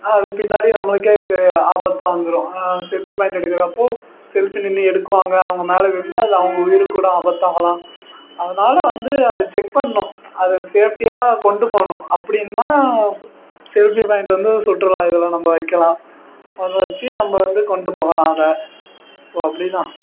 அது பின்னாடி நம்மளுக்கே ஆபத்தாக வந்துடும் செல்ஃபி பாயிண்ட் எடுக்கிறப்போ செல்ஃபி நின்று எடுக்குவாங்க அவங்க மேலே விழுந்து அதை அவங்க உயிருக்குக் கூட ஆபத்தாகலாம் அதனால் வந்து அதை செக் பண்ணணும் அதை சேஃப்ட்டியாக கொண்டு போகணும் அப்படின்னா ஸ் செல்ஃபி பாயிண்ட் வந்து சுற்றுலா இதில் நம்ப வைக்கலாம் அதை வச்சு நம்ப வந்து கொண்டு போகலாம் அதை ஸோ அப்படி தான்